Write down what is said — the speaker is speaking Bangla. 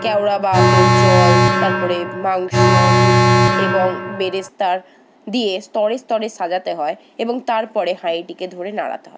ক্যাওড়া বা আতর জল তারপরে মাংস এবং বেরেস্তার দিয়ে স্তরে স্তরে সাজাতে হয় এবং তারপরে হাঁড়িটিকে ধরে নাড়াতে হয়